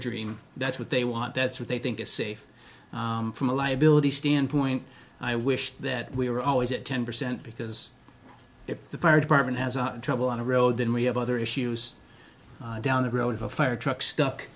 dream that's what they want that's what they think is safe from a liability standpoint i wish that we were always at ten percent because if the fire department has trouble on the road then we have other issues down the road a fire truck stuck